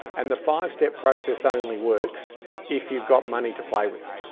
and the five step process only works if you've got money to play with.